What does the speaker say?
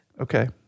Okay